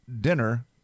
dinner